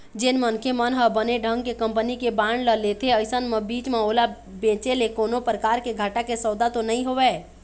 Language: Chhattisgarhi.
जेन मनखे मन ह बने ढंग के कंपनी के बांड ल लेथे अइसन म बीच म ओला बेंचे ले कोनो परकार के घाटा के सौदा तो नइ होवय